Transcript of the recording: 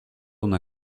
una